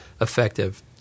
effective